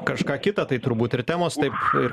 kažką kitą tai turbūt ir temos taip ir